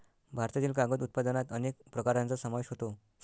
भारतातील कागद उत्पादनात अनेक प्रकारांचा समावेश होतो